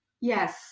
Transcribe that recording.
yes